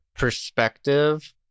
Perspective